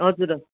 हजुर हजुर